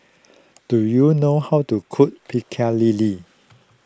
do you know how to cook Pecel Lele